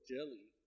Jelly